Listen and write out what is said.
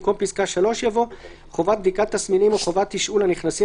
במקום פסקה (3) יבוא: "(3) חובת בדיקת תסמינים או חובת תשאול לנכנסים